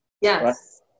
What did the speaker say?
Yes